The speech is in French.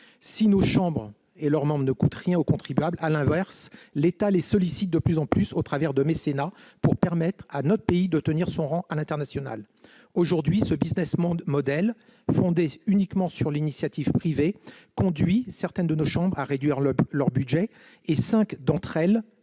Si nos chambres et leurs membres ne coûtent rien au contribuable, à l'inverse, l'État les sollicite de plus en plus au travers de mécénats pour permettre à la France de tenir son rang à l'international. Aujourd'hui, ce fondé exclusivement sur l'initiative privée conduit certaines de nos chambres à réduire leur budget de fonctionnement.